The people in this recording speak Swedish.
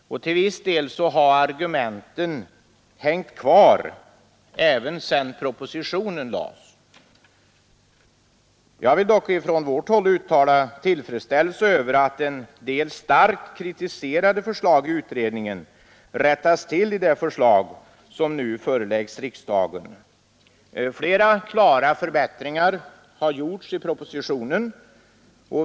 Till viss del har argumenten från den debatten hängt kvar även efter det att propositionen lagts. Jag vill uttala vår tillfredsställelse över att en del starkt kritiserade förslag i utredningen rättats till i det förslag som nu föreläggs riksdagen. Flera klara förbättringar har gjorts i propositionen.